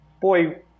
boy